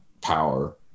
power